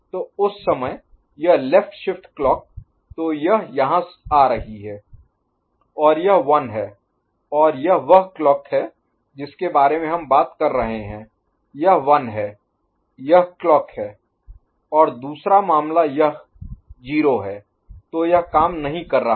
तो उस समय यह लेफ्ट शिफ्ट क्लॉक तो यह यहां आ रही है यह 1 है और यह वह क्लॉक है जिसके बारे में हम बात कर रहे हैं यह 1 है तो यह क्लॉक है और दूसरा मामला यह 0 है तो यह काम नहीं कर रहा है